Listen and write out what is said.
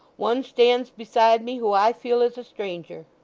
one stands beside me who i feel is a stranger